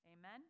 Amen